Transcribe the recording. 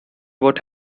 what